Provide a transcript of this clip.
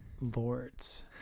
lords